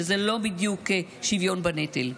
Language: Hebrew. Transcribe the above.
וזה לא בדיוק שוויון בנטל.